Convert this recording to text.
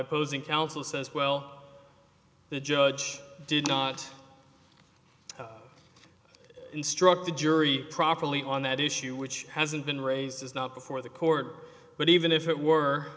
opposing counsel says well the judge did not instruct the jury properly on that issue which hasn't been raised as not before the court but even if it were